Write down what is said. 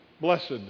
blessed